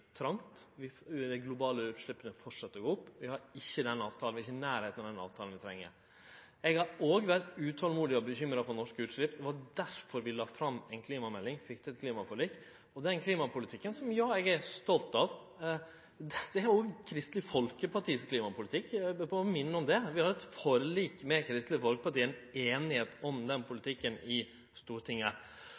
Dei globale utsleppa fortset å gå opp. Vi er ikkje i nærleiken av den avtalen vi treng. Eg har òg vore utolmodig og bekymra for norske utslepp. Det var derfor vi la fram ei klimamelding og fekk til eit klimaforlik. Den klimapolitikken – ja, eg er stolt av han – er òg Kristeleg Folkepartis klimapolitikk. Eg må berre få minne om det. Vi har eit forlik med Kristeleg Folkeparti, ei einigheit om den politikken, i Stortinget.